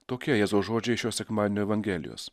tokia jėzaus žodžiai šio sekmadienio evangelijos